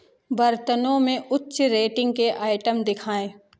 बर्तनों में उच्च रेटिंग के आइटम दिखाएँ